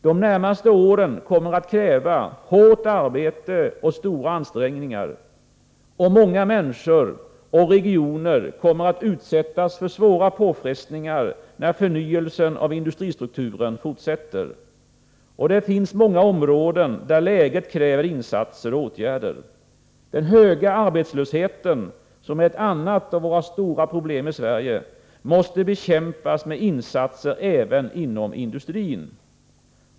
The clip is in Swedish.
De närmaste åren kommer att kräva hårt arbete och stora ansträngningar. Många människor och regioner kommer att utsättas för svåra påfrestningar, när förnyelsen av industristrukturen fortsätter. Det finns många områden där läget kräver insatser och åtgärder. Den höga arbetslösheten, som är ett annat av de stora problemen i Sverige, måste bekämpas med insatser även inom industrin.